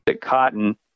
Cotton